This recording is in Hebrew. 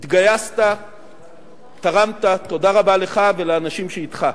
התגייסת, תרמת, תודה רבה לך ולאנשים שאתך.